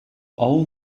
all